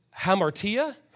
hamartia